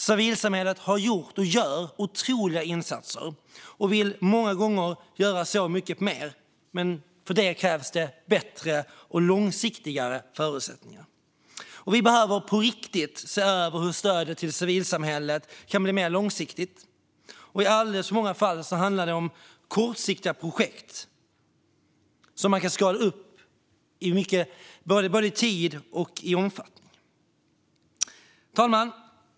Civilsamhället har gjort och gör otroliga insatser och vill många gånger göra mycket mer, men för det krävs det bättre och mer långsiktiga förutsättningar. Vi behöver på riktigt se över hur stödet till civilsamhället kan blir mer långsiktigt. I alldeles för många fall handlar det om kortsiktiga projekt, som man kan skala upp både i tid och i omfattning. Herr talman!